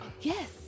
Yes